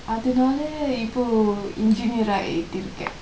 அதுனாள இப்போ:athunaala ippo engkineer ஆகிட்டு இருக்கேன்:aagittu iruken